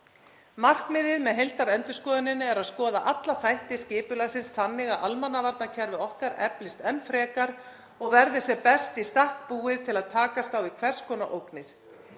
Markmiðið með heildarendurskoðuninni er að skoða alla þætti skipulagsins þannig að almannavarnakerfið okkar eflist enn frekar og verði sem best í stakk búið til að takast á við hvers konar ógnir.